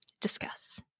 Discuss